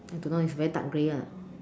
I don't know it's very dark grey lah